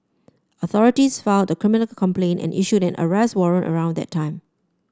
authorities filed the criminal complaint and issued an arrest warrant around that time